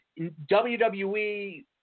WWE